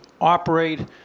operate